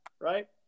right